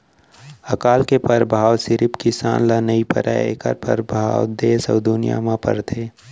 अकाल के परभाव सिरिफ किसान ल नइ परय एखर परभाव देस अउ दुनिया म परथे